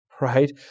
right